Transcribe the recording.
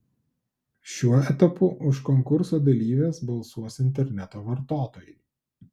šiuo etapu už konkurso dalyves balsuos interneto vartotojai